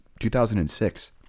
2006